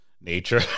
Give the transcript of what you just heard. nature